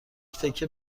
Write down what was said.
تکه